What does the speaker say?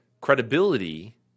credibility